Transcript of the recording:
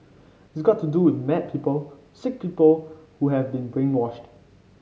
it's got to do with mad people sick people who have been brainwashed